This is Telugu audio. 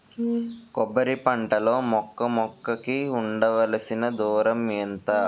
కొబ్బరి పంట లో మొక్క మొక్క కి ఉండవలసిన దూరం ఎంత